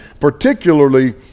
Particularly